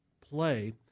play